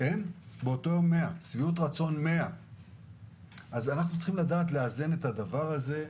באותו יום יש שביעות רצון 100. צריך לדעת לאזן בין הדברים.